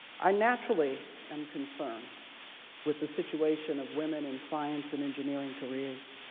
i naturally am concerned with the situation of women in science and engineering careers,